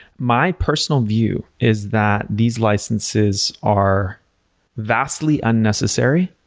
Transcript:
my personal view is that these licenses are vastly unnecessary,